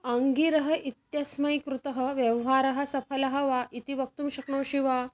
आङ्गिरः इत्यस्मै कृतः व्यवहारः सफलः वा इति वक्तुं शक्नोषि वा